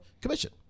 commission